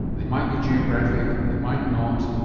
they might be geographic, they might not,